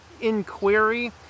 inquiry